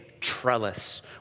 trellis